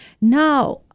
Now